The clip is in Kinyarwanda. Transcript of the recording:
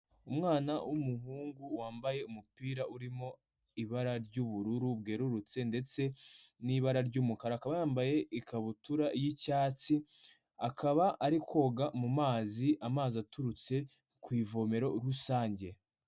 Umwana w'umuhungu wambaye umupira urimo ibara ry'ubururu bwerurutse ndetse n'ibara ry'umukara. Akaba yambaye ikabutura y'icyatsi. Akaba arikoga mu mazi. Amazi aturutse ku ivomero rusange.